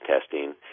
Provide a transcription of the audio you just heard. testing